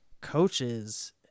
coaches